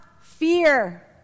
fear